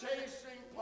Chasing